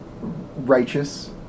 Righteous